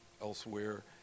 elsewhere